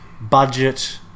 budget